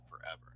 forever